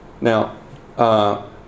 Now